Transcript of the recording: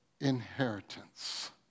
inheritance